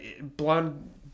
blonde